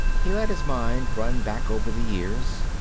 he let his mind run back over the years.